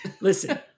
Listen